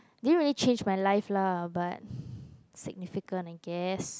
didn't really change my life lah but significant I guess